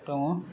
दङ